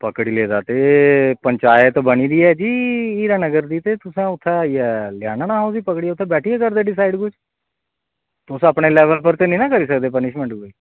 पकड़ी लेदा ते पंचायत बनी दी ऐ हीरानगर दी ते उत्थें लेई आह्नना ते उत्थें आह्नियै करदे डिसाईड तुस अपने लेवल पर ते नेईं ना करी सकदे पनिशमेंट कोई